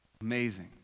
Amazing